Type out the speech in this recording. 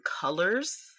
colors